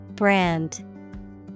Brand